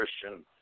Christian